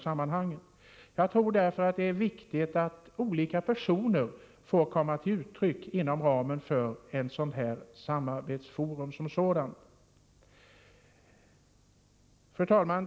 Jag tror därför att det är viktigt att olika personer får komma till tals inom ramen för ett sådant här samarbetsforum. Fru talman!